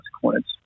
consequence